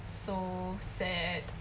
so sad